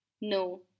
No